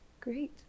Great